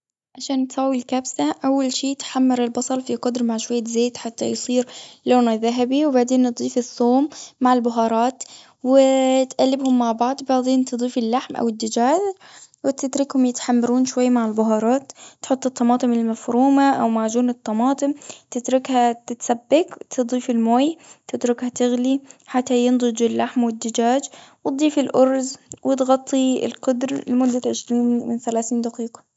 عشان تسوي الكبسة. أول شي تحمر البصل في قدر مع شوية زيت، حتى يصير لونه ذهبي. وبعدين نضيف الثوم مع البهارات، و تقلبهم مع بعض. وبعدين تضيف اللحم أو الدجاج، وتتركهم يتحمرون شوي مع البهارات. تحط الطماطم المفرومة أو معجون الطماطم. تتركها تتسبك، وتضيف الماء، تتركها تغلي حتى ينضج اللحم والدجاج. وتضيفي الأرز، وتغطي القدر لمدة عشرين من ثلاثين دقيقة.